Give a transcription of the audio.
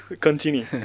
continue